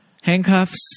handcuffs